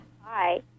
Hi